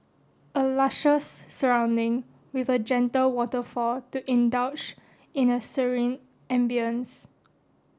a luscious surrounding with a gentle waterfall to indulge in a serene ambience